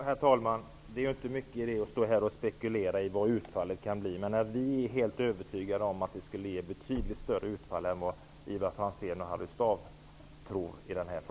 Herr talman! Det är inte stor idé att stå här och spekulera i vad utfallet kan bli. Men vi är helt övertygade om att utfallet skulle bli betydligt större än Ivar Franzén och Harry Staaf tror.